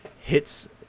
hits